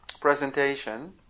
presentation